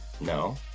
No